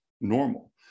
normal